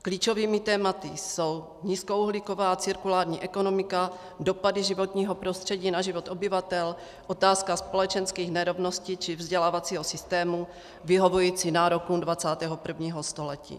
Klíčovými tématy jsou nízkouhlíková cirkulární ekonomika, dopady životního prostředí na život obyvatel, otázka společenských nerovností či vzdělávacího systému vyhovující nárokům 21. století.